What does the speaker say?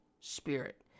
spirit